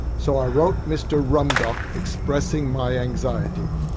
so i wrote mr rumdock expressing my anxiety.